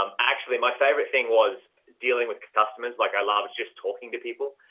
um actually, my favorite thing was dealing with customers. like i love just talking to people.